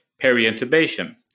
peri-intubation